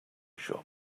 shop